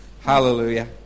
Hallelujah